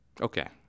Okay